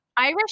irish